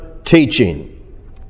teaching